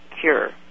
cure